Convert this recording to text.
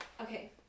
Okay